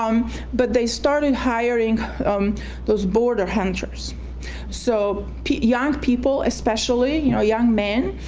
um but they started hiring those border hunters so young people, especially, you know, young men,